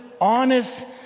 honest